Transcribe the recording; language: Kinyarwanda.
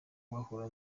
bahora